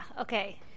okay